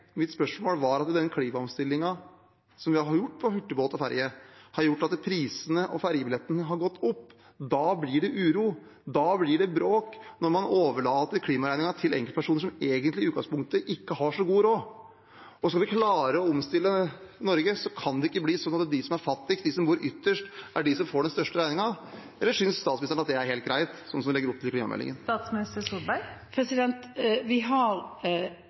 den klimaomstillingen vi har hatt når det gjelder hurtigbåter og ferje, har gjort at prisene på ferjebilletter har gått opp. Det blir uro og bråk når man overlater klimaregningen til enkeltpersoner som i utgangspunktet ikke har så god råd. Skal vi klare å omstille Norge, kan det ikke bli sånn at de som er fattigst, og de som bor ytterst, er de som får den største regningen. Eller synes statsministeren at det er helt greit, slik hun legger opp til i klimameldingen?